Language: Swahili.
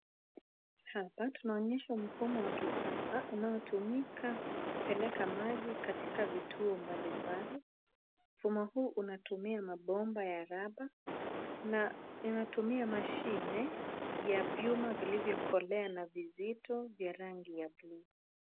Hapa tunaonyeshwa mfumo wa kisasa unaotumika kupeleka maji katika vituo mbali mbali. Mfumo huu unatumia mabomba ya raba na inatumia mashine ya vyuma vilivyo kolea na vizito vya rangi ya bluu.